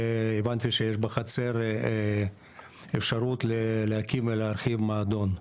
הבנתי שיש בחצר אפשרות להקים ולהרוויח את המועדון.